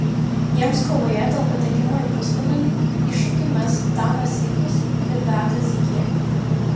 jiems kovoje dėl patekimo į pusfinalį iššūkį mes danas zykus ir beata zykienė